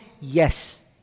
yes